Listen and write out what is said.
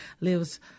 lives